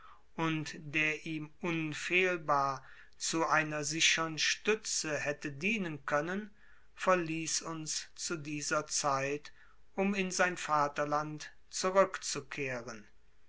und der ihm unfehlbar zu einer sichern stütze hätte dienen können verließ uns zu dieser zeit um in sein vaterland zurückzukehren